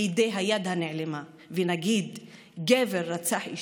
בידי היד הנעלמה ונגיד "גבר רצח אישה",